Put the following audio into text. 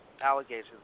allegations